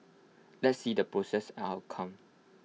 let's see the process and outcome